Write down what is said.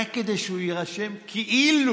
רק כדי שהוא יירשם כאילו